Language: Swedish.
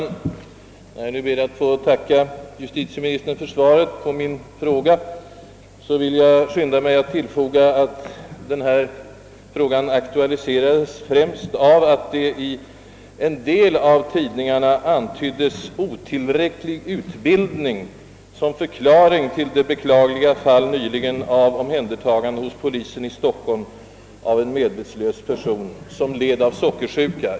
När jag nu ber att få tacka justitieministern för svaret på min fråga skyndar jag mig att tillfoga, att denna främst aktualiserades av att det i en del tidningar antytts att otillräcklig utbildning skulle vara förklaringen till det nyligen inträffade beklagliga omhändertagandet hos polisen i Stockholm av en medvetslös person, som led av sockersjuka.